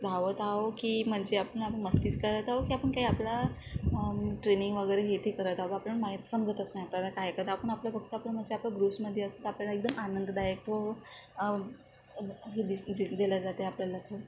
धावत आहो की म्हणजे आपण आपण मस्तीच करत आहो की आपण काही आपला ट्रेनिंग वगैरे हे ते करत आहो आपण माहीत समजतच नाही आपल्याला काय करतं आपण आपल्या फक्त आपलं मग असे आपल्या ग्रुप्समध्ये असतो तर आपल्याला एकदम आनंददायक व हे बिस्कट दिल्या जाते आपल्याला थोडं